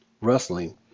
wrestling